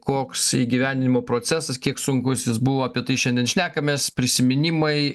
koks įgyvendinimo procesas kiek sunkusis buvo apie tai šiandien šnekamės prisiminimai